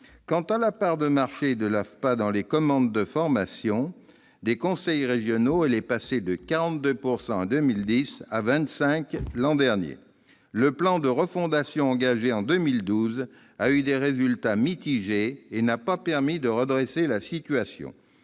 Quant à la part de marché de l'AFPA dans les commandes de formation des conseils régionaux, elle est passée de 42 % en 2010 à 25 % l'an dernier. Le plan de refondation engagé en 2012 a eu des résultats mitigés et n'a pas permis de redresser la situation.